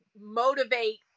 motivate